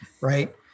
right